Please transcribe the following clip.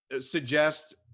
suggest